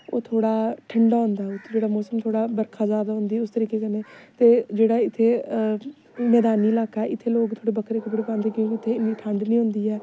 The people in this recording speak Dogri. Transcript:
ओह् थोह्ड़ा ठण्डा होंदा उत्थें जेह्ड़ा मौसम थोह्ड़ा बरखा जैदा होंदी उस तरीके कन्ने ते जेह्ड़ा इत्थे मैदानी लाह्का ऐ इत्थे लोक थोह्ड़े बक्खरे कपड़े पांदे क्योंकि इत्थें इन्नी ठण्ड निं होंदी ऐ